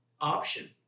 option